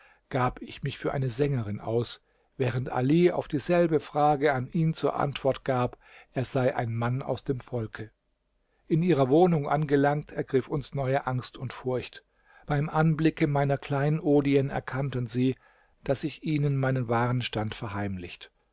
gab ich mich für eine sängerin aus während ali auf dieselbe frage an ihn zur antwort gab er sei ein mann aus dem volke in ihrer wohnung angelangt ergriff uns neue angst und furcht beim anblicke meiner kleinodien erkannten sie daß ich ihnen meinen wahren stand verheimlicht